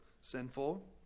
sinful